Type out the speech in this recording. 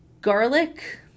garlic